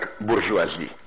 bourgeoisie